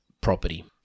property